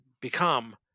become